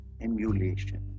emulation